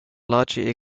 largely